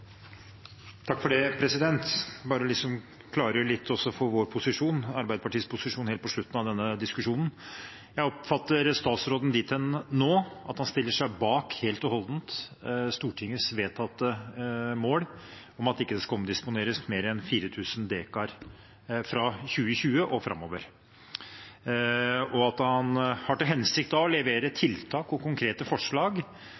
bare klargjøre Arbeiderpartiets posisjon helt på slutten av denne diskusjonen. Jeg oppfatter statsråden dit hen nå at han helt og holdent stiller seg bak Stortingets vedtatte mål om at det ikke skal omdisponeres mer enn 4 000 dekar fra 2020 og framover, og at han har til hensikt å levere